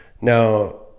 Now